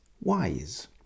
Wise